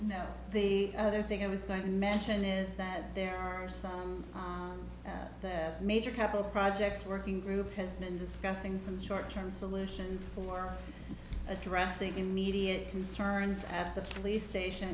no the other thing i was going to mention is that there are some major capital projects working group has been discussing some short term solutions for addressing immediate concerns at the police station